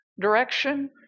direction